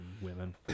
women